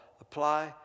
apply